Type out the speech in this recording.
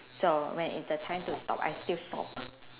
so when it's the time to stop I still stop